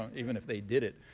um even if they did it.